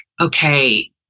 okay